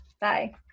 Bye